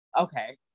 Okay